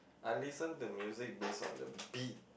I listen the music base on the beat